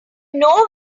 know